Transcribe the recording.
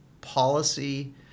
policy